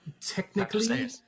technically